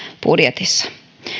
budjetissa